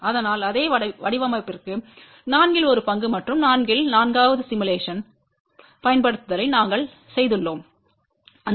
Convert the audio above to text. அதனால் அதே வடிவமைப்பிற்கு நான்கில் ஒரு பங்கு மற்றும் நான்கில் நான்காவது சிமுலேஷன் படுத்துதலை நாங்கள் செய்துள்ளோம் அந்த